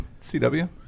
CW